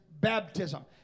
baptism